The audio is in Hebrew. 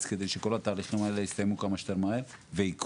כדי שכל התהליכים האלו יסתיימו כמה שיותר מהר ויקרו.